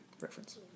reference